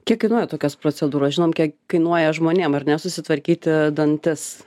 kiek kainuoja tokios procedūros žinom kiek kainuoja žmonėm ar ne susitvarkyti dantis